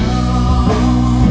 oh